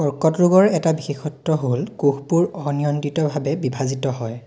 কৰ্কট ৰোগৰ এটা বিশেষত্ব হ'ল কোষবোৰ অনিয়ন্ত্ৰিতভাৱে বিভাজিত হয়